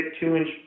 two-inch